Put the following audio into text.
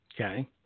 Okay